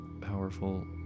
powerful